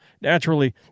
Naturally